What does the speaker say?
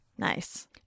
Nice